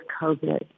COVID